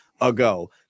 ago